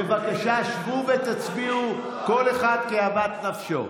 בבקשה, שבו ותצביעו כל אחד כאוות נפשו.